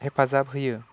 हेफाजाब होयो